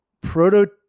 proto